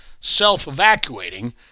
self-evacuating